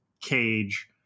cage